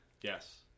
Yes